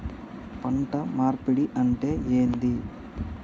పంట మార్పిడి అంటే ఏంది?